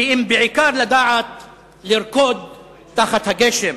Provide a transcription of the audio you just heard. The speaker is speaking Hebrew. כי אם בעיקר לדעת לרקוד תחת הגשם.